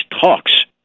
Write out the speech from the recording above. talks